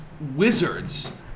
wizards